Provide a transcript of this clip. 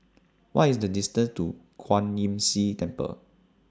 What IS The distance to Kwan Imm See Temple